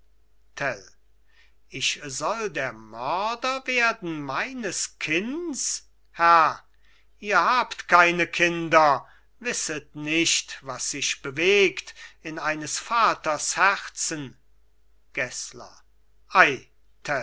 ich soll der mörder werden meines kinds herr ihr habt keine kinder wisset nicht was sich bewegt in eines vaters herzen